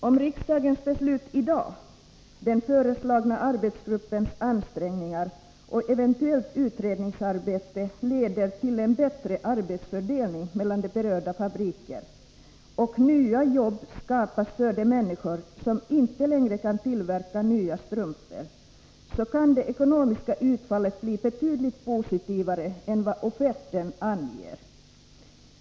Om riksdagens beslut i dag, den föreslagna arbetsgruppens ansträngningar och eventuellt utredningsarbete leder till en bättre arbetsfördelning mellan de berörda fabrikerna och nya jobb skapas för de människor som inte längre kan tillverka tunna strumpor, kan det ekonomiska utfallet bli betydligt positivare än vad offerten anger.